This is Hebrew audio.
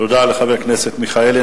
תודה לחבר הכנסת מיכאלי.